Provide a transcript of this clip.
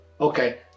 okay